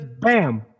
bam